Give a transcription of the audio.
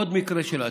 עוד מקרה של אטימות.